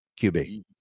QB